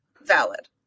valid